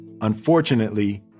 Unfortunately